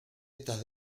estas